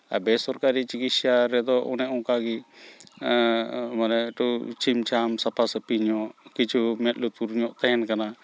ᱟᱨ ᱵᱮᱥᱚᱨᱠᱟᱨᱤ ᱪᱤᱠᱤᱥᱥᱟ ᱨᱮᱫᱚ ᱚᱱᱮ ᱚᱱᱠᱟ ᱜᱮ ᱢᱟᱱᱮ ᱮᱠᱴᱩ ᱪᱷᱤᱢᱼᱪᱷᱟᱢ ᱥᱟᱯᱷᱟᱼᱥᱟᱯᱷᱤ ᱧᱚᱜ ᱠᱤᱪᱷᱩ ᱢᱮᱸᱫ ᱞᱩᱛᱩᱨ ᱧᱚᱜ ᱛᱟᱦᱮᱱ ᱠᱟᱱᱟ